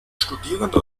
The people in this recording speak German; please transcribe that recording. studierende